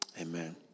amen